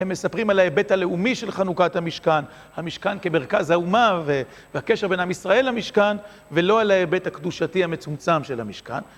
הם מספרים על ההיבט הלאומי של חנוכת המשכן, המשכן כמרכז האומה והקשר בין עם ישראל למשכן, ולא על ההיבט הקדושתי המצומצם של המשכן.